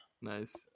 Nice